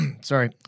Sorry